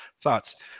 thoughts